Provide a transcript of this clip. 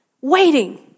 Waiting